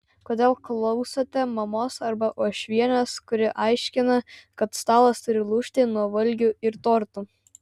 kodėl klausote mamos arba uošvienės kuri aiškina kad stalas turi lūžti nuo valgių ir tortų